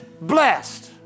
blessed